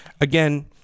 Again